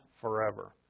forever